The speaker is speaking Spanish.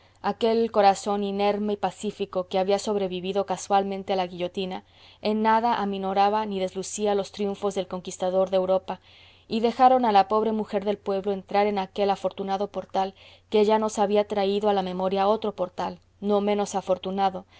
aquel corazón inerme y pacífico que había sobrevivido casualmente a la guillotina en nada aminoraba ni deslucía los triunfos del conquistador de europa y dejaron a la pobre mujer del pueblo entrar en aquel afortunado portal que ya nos había traído a la memoria otro portal no menos afortunado